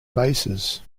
basses